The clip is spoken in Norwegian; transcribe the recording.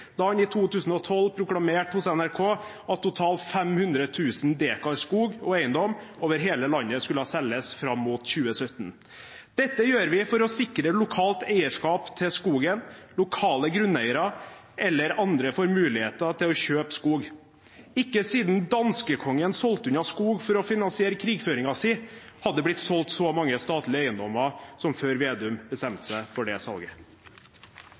da han i 2012 proklamerte i NRK at totalt 500 000 dekar skog og eiendom over hele landet skulle selges fram mot 2017. Dette gjøres for å sikre lokalt eierskap til skogen, lokale grunneiere, eller at andre får muligheter til å kjøpe skog. Ikke siden danskekongen solgte unna skog for å finansiere krigføringen sin, hadde det blitt solgt så mange statlige eiendommer som da Slagsvold Vedum bestemte seg for det salget.